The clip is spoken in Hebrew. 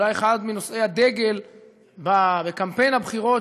אולי אחד מנושאי הדגל בקמפיין הבחירות